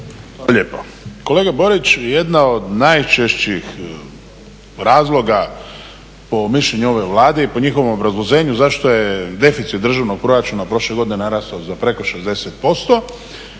lijepo. Kolega Borić, jedna od najčešćih razloga po mišljenju ove Vlade i po njihovom obrazloženju zašto je deficit državnog proračuna prošle godine narastao za preko 60%,